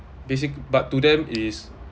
basic~ but to them is